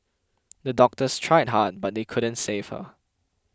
the doctors tried hard but they couldn't save her